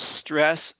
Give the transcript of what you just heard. stress